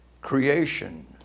creation